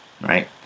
Right